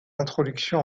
introduction